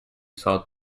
salt